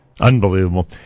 Unbelievable